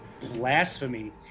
Blasphemy